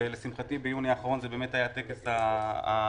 - ולשמחתי ביוני האחרון אכן היה הטקס הראשון